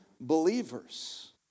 believers